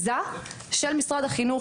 האחיזה של משרד החינוך.